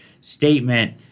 statement